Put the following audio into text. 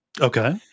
Okay